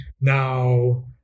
Now